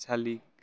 শালিক